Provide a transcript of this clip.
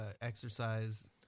exercise